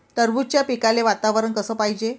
टरबूजाच्या पिकाले वातावरन कस पायजे?